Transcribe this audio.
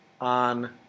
on